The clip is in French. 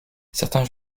certains